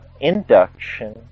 induction